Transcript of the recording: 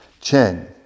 Chen